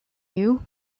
you